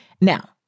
Now